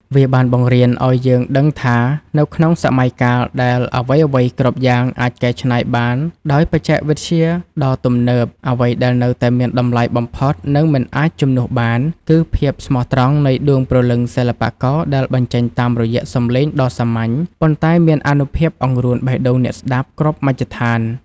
វាបានបង្រៀនឱ្យយើងដឹងថា នៅក្នុងសម័យកាលដែលអ្វីៗគ្រប់យ៉ាងអាចកែច្នៃបានដោយបច្ចេកវិទ្យាដ៏ទំនើប អ្វីដែលនៅតែមានតម្លៃបំផុត និងមិនអាចជំនួសបាន គឺភាពស្មោះត្រង់នៃដួងព្រលឹងសិល្បករដែលបញ្ចេញតាមរយៈសម្លេងដ៏សាមញ្ញ ប៉ុន្តែមានអានុភាពអង្រួនបេះដូងអ្នកស្ដាប់គ្រប់មជ្ឈដ្ឋាន។